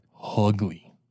ugly